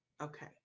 Okay